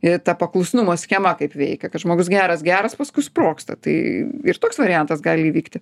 ir ta paklusnumo schema kaip veikia kad žmogus geras geras paskui sprogsta tai ir toks variantas gali įvykti